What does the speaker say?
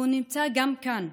והוא נמצא גם כאן,